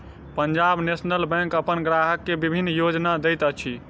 Punjab National Bank अपन ग्राहक के विभिन्न योजना दैत अछि